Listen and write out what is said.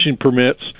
permits